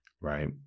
right